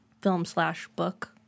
film-slash-book